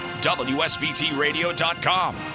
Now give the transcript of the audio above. WSBTRadio.com